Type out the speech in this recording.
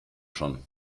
schon